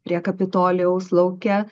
prie kapitolijaus lauke